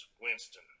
Winston